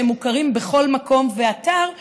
שהם מוכרים בכל מקום ואתר,